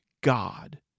God